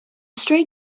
stray